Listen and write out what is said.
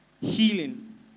healing